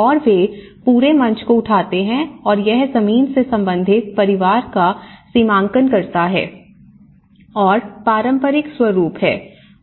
और वे पूरे मंच को उठाते हैं और यह जमीन से संबंधित परिवार का सीमांकन करता है और पारंपरिक स्वरूप है